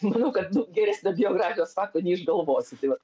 manau kad nu geresnio biografijos fakto neišgalvosi tai vat